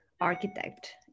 architect